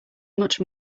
much